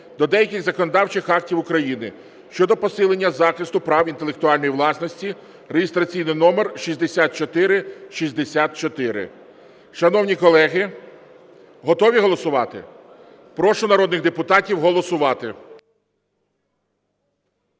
до деяких законодавчих актів України щодо посилення захисту прав інтелектуальної власності (реєстраційний номер 6464). Шановні колеги, готові голосувати? Прошу народних депутатів голосувати.